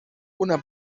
una